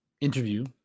interview